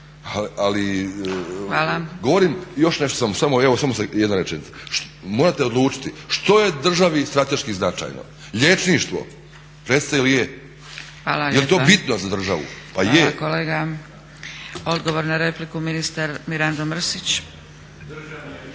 sve. Samo još jedna rečenica. Morate odlučiti što je državi strateški značajno, liječništvo? Recite jel je? Jel to bitno za državu? Pa je.